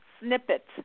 snippet